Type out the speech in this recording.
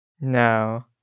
No